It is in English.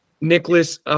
Nicholas